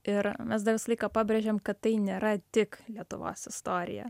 ir mes dar visą laiką pabrėžiam kad tai nėra tik lietuvos istorija